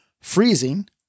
freezing